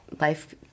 life